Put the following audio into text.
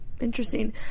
Interesting